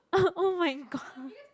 oh my god